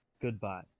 Goodbye